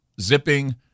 zipping